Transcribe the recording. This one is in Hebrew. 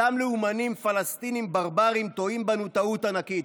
אותם לאומנים פלסטינים ברברים טועים בנו טעות ענקית.